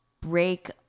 break